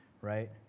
right